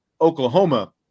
oklahoma